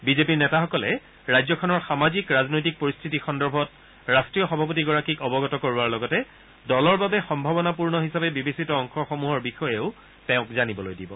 বিজেপিৰ নেতাসকলে ৰাজ্যখনৰ সামাজিক ৰাজনৈতিক পৰিস্থিতি সন্দৰ্ভত ৰাষ্ট্ৰীয় সভাপতিগৰাকীক অৱগত কৰোৱাৰ লগতে দলৰ বাবে সম্ভাবনাপূৰ্ণ হিচাপে বিবেচিত অংশসমূহৰ বিষয়েও তেওঁক জানিবলৈ দিব